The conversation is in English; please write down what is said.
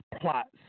plots